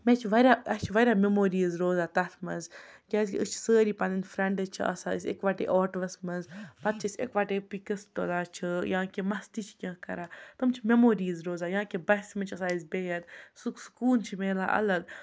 مےٚ چھِ واریاہ اَسہِ چھِ واریاہ مٮ۪موریٖز روزان تَتھ منٛز کیٛازِکہِ أسۍ چھِ سٲری پَنٕنۍ فرٛٮ۪نٛڈٕز چھِ آسان أسۍ یِکوَٹَے آٹوٗوَس منٛز پَتہٕ چھِ أسۍ یِکوَٹَے پِکٕس تُلان چھِ یا کینٛہہ مَستی چھِ کینٛہہ کَران تِم چھِ مٮ۪موریٖز روزان یا کہِ بَسہِ منٛز چھِ آسان أسۍ بِہِتھ سُہ سکوٗن چھِ مِلان الگ